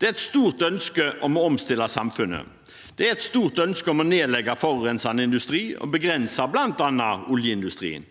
Det er et stort ønske om å omstille samfunnet. Det er et stort ønske om å nedlegge forurensende industri og begrense bl.a. oljeindustrien.